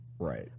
Right